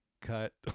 cut